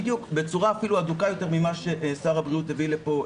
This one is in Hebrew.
בצורה הדוקה יותר מאשר שר הבריאות הביט לפה,